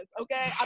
okay